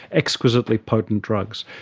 exquisitely potent drugs.